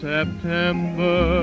September